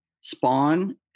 spawn